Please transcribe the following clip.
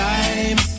Time